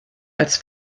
als